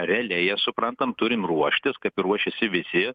realiai jas suprantam turim ruoštis kaip ruošiasi visi